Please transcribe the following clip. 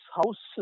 house